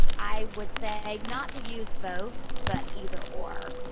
i would say not to use both, but either or.